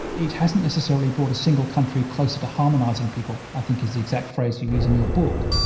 it hasn't necessarily brought a single country closer to harmonising people, i think is the exact phrase you use in your book.